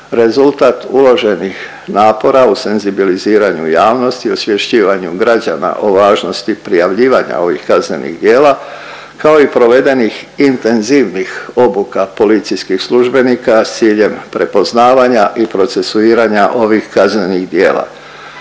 rezultat uloženih napora u senzibiliziranju javnosti i osvješćivanju građana o važnosti prijavljivanja ovih kaznenih djela, kao i provedenih intenzivnih obuka policijskih službenika s ciljem prepoznavanja i procesuiranja ovih kaznenih djela.